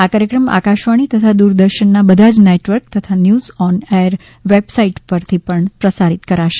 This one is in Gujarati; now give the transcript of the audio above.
આ કાર્યક્રમ આકાશવાણી તથા દૂરદર્શનના બધા જ નેટવર્ક તથા ન્યૂઝ ઓન એર વેબસાઈટ ઉપરથી પ્રસારિત કરાશે